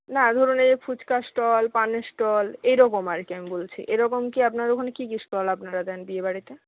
না ধরুন এই যে ফুচকার স্টল পানের স্টল এইরকম আর কি আমি বলছি এরকম কি আপনাদের ওখানে কী কী স্টল আপনারা দেন বিয়েবাড়িতে